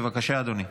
בבקשה, אדוני.